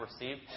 received